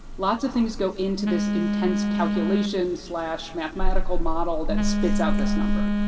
lots of things go into this intense calculation-slash-mathematical model that spits out this number,